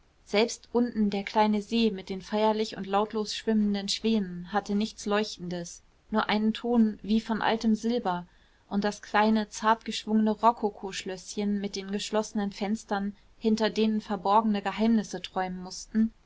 selbst unten der kleine see mit den feierlich und lautlos schwimmenden schwänen hatte nichts leuchtendes nur einen ton wie von altem silber und das kleine zart geschwungene rokokoschlößchen mit den geschlossenen fenstern hinter denen verborgene geheimnisse träumen mußten